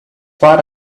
far